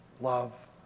love